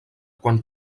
quan